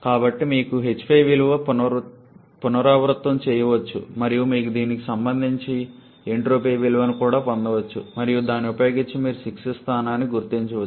కాబట్టి మీకు h5 విలువను పునరావృతం చేయవచ్చు మరియు మీకు దీనికి సంబంధించిన ఎంట్రోపీ విలువను కూడా పొందవచ్చు మరియు దానిని ఉపయోగించి మీకు 6s స్థానాన్ని గుర్తించవచ్చు